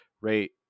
rate